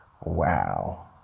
wow